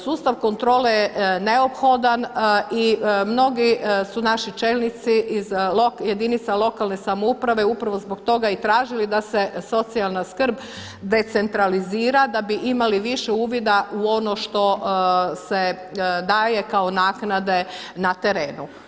Sustav kontrole je neophodan i mnogi su naši čelnici iz jedinica lokalne samouprave upravo zbog toga i tražili da se socijalna skrb decentralizira da bi imali više uvida u ono što se daje kao naknade na terenu.